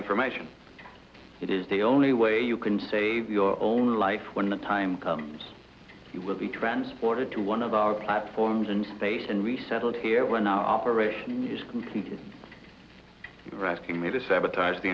information it is the only way you can save your own life when the time comes you will be transported to one of our platforms and face and resettled here when our operation is complete rescue me to sabotage the